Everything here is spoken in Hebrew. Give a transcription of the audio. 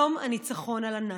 יום הניצחון על הנאצים.